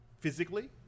physically